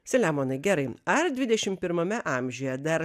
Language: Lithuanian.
selemonai gerai ar dvidešim pirmame amžiuje dar